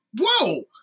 whoa